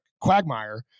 quagmire